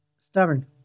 Stubborn